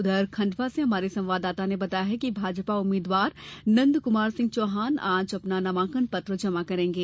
उधर खंडवा से हमारे संवाददाता ने बताया है कि भाजपा उम्मीदवार नंदकुमार सिंह चौहान आज नामांकन पत्र जमा करेंगे